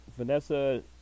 Vanessa